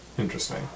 interesting